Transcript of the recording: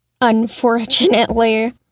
Unfortunately